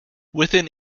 within